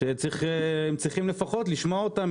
שהם צריכים לפחות לשמוע אותם,